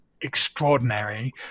extraordinary